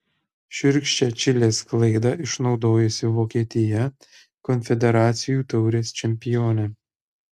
šiurkščią čilės klaidą išnaudojusi vokietija konfederacijų taurės čempionė